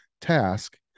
task